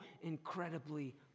incredibly